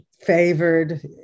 favored